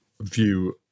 view